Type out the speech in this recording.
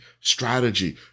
strategy